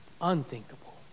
Unthinkable